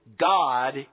God